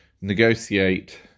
negotiate